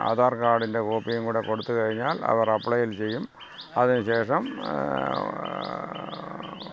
ആധാർ കാർഡിൻ്റെ കോപ്പിയും കൂടെ കൊടുത്ത് കഴിഞ്ഞാൽ അവർ അപ്ലൈ ചെയ്യും അതിന് ശേഷം